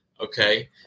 Okay